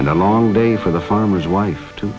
and a long day for the farmer's wife too